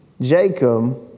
Jacob